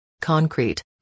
concrete